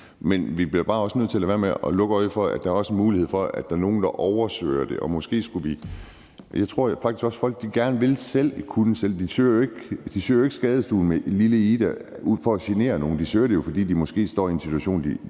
til at lade være med at lukke øjnene for, at det er muligt, at der er nogle, der oversøger det. Og jeg tror faktisk også, at folk gerne selv vil kunne klare det. De søger jo ikke skadestuen med lille Ida for at genere nogen. Det gør de, fordi de måske står i en situation,